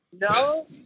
No